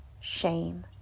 shame